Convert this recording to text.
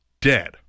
dead